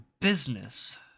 business